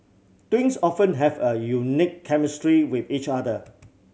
twins often have a unique chemistry with each other